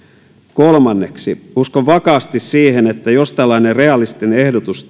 kolmanneksi uskon vakaasti siihen että jos tehtäisiin tällainen realistinen ehdotus